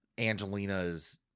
Angelina's